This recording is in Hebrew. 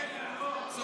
לא, לא, לכספים.